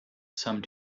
some